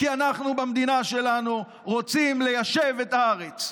כי אנחנו במדינה שלנו רוצים ליישב את הארץ.